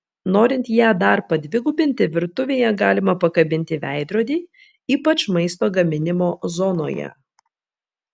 norint ją dar padvigubinti virtuvėje galima pakabinti veidrodį ypač maisto gaminimo zonoje